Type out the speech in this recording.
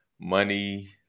money